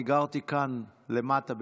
אני גרתי כאן למטה,